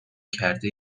کرده